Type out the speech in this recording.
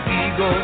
ego